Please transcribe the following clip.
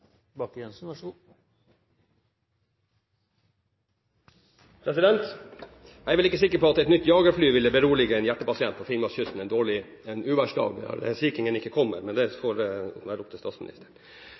Jeg er vel ikke sikker på at et nytt jagerfly ville beroliget en hjertepasient ved Finnmarkskysten en uværsdag – når Sea King-en ikke kommer. Det